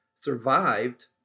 survived